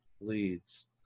leads